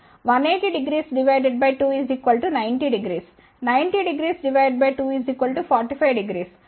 కాబట్టి n 1 ఉన్నప్పుడు 3602 1800 18002 900 9002 450 4502 22